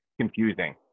confusing